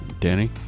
Danny